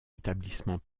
établissement